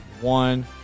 one